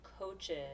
coaches